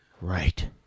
Right